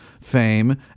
Fame